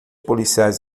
policiais